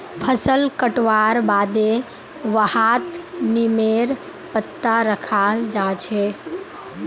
फसल कटवार बादे वहात् नीमेर पत्ता रखाल् जा छे